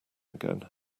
again